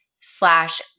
slash